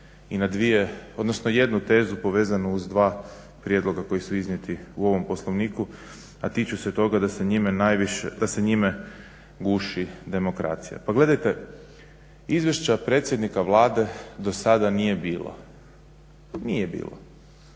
se na dvije stvari odnosno jednu tezu povezano uz dva prijedloga koji su iznijeti u ovom poslovniku, a tiču se toga da se njime guši demokracija. Pa gledajte izvješća predsjednika Vlade do sada nije bilo, nije bilo.